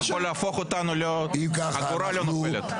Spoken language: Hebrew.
אתה יכול להפוך אותנו, אגורה לא נופלת.